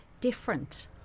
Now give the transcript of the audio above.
different